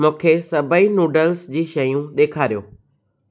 मूंखे सभई नूडल्स जी शयूं ॾेखारियो